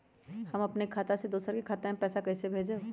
हम अपने खाता से दोसर के खाता में पैसा कइसे भेजबै?